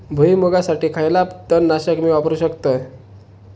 भुईमुगासाठी खयला तण नाशक मी वापरू शकतय?